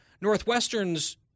Northwestern's